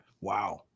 Wow